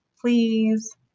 Please